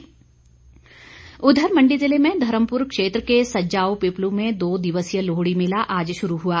महेंद्र सिंह उधर मंडी ज़िले में धर्मपुर क्षेत्र के सजजाओ पिपलू में दो दिवसीय लोहड़ी मेला आज शुरू हुआ